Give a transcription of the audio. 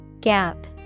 Gap